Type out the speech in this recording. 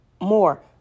more